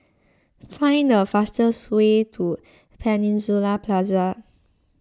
find the fastest way to Peninsula Plaza